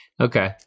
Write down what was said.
Okay